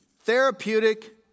therapeutic